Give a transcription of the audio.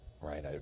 Right